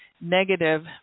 negative